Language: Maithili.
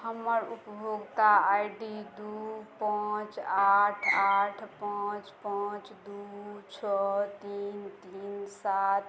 हमर उपभोक्ता आइ डी दू पाँच आठ आठ पाँच पाँच दू छओ तीन तीन सात